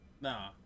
Nah